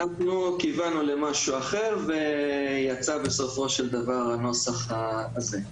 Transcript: אנחנו כיוונו למשהו אחר ויצא בסופו של דבר הנוסח הזה.